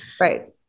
Right